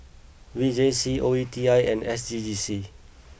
V J C O E T I and S G G C